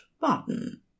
button